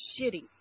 shitty